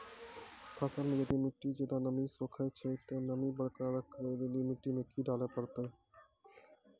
फसल मे यदि मिट्टी ज्यादा नमी सोखे छै ते नमी बरकरार रखे लेली मिट्टी मे की डाले परतै?